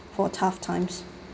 for tough times